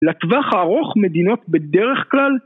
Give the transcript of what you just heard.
לטווח הארוך מדינות בדרך כלל